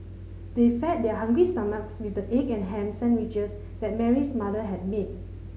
they fed their hungry stomachs with the egg and ham sandwiches that Mary's mother had made